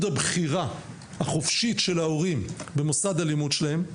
הבחירה החופשית של ההורים במוסד הלימוד שלהם,